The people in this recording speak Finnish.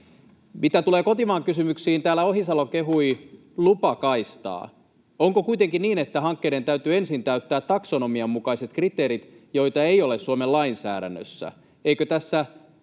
Mitä tulee kotimaan kysymyksiin, täällä Ohisalo kehui lupakaistaa. Onko kuitenkin niin, että hankkeiden täytyy ensin täyttää taksonomian mukaiset kriteerit, joita ei ole Suomen lainsäädännössä? Eikö tässä